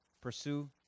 Pursue